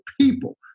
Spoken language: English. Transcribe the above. people